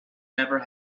never